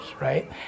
Right